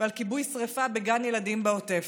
ועל כיבוי שרפה בגן ילדים בעוטף.